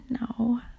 No